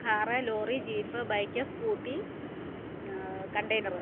car lorry jeep bike scooty container